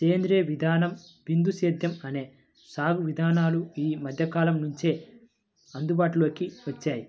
సేంద్రీయ విధానం, బిందు సేద్యం అనే సాగు విధానాలు ఈ మధ్యకాలం నుంచే అందుబాటులోకి వచ్చాయి